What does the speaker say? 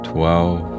Twelve